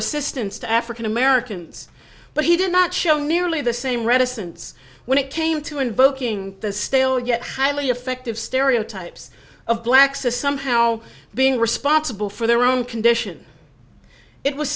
assistance to african americans but he did not show nearly the same reticence when it came to invoking the stale yet highly effective stereotypes of blacks as somehow being responsible for their own condition it was